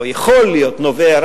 או יכול להיות נובע,